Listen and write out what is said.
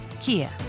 Kia